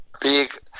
big